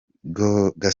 gasore